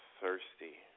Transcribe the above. thirsty